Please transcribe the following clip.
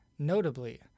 Notably